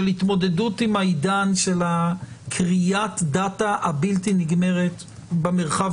של התמודדות עם העידן של כריית הדאטא הבלתי נגמרת במרחב